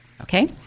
okay